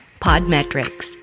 Podmetrics